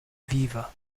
viva